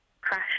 Crash